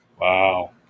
Wow